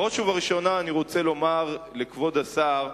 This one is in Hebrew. בראש ובראשונה אני רוצה לומר לכבוד השר,